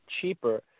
cheaper